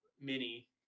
mini